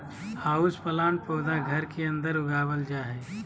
houseplant पौधा घर के अंदर उगावल जा हय